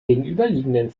gegenüberliegenden